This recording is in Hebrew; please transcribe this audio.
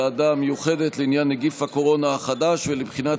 לוועדה המיוחדת לעניין נגיף הקורונה החדש ולבחינת